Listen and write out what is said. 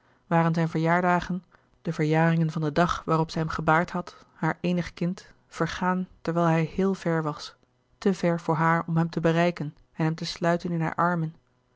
waren zijne verjaardagen de verjaringen van den dag waarop zij hem gebaard had haar eenig kind vergaan terwijl hij heel ver was te ver voor haar om hem te bereiken en hem te sluiten in hare armen